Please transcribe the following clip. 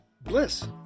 bliss